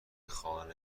خانه